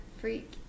freak